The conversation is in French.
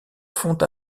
font